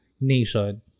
nation